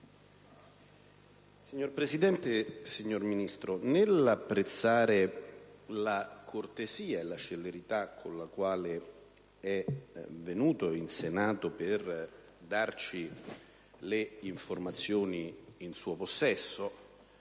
Signor Presidente, signor Ministro, pur apprezzando la cortesia e la celerità con la qual è venuto in Senato a riferire le informazioni in suo possesso,